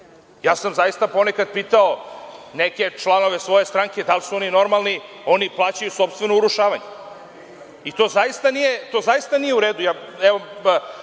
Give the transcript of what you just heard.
sam zaista ponekad pitao neke članove svoje stranke da li su oni normalni, oni plaćaju sopstveno urušavanje, i to zaista nije u redu.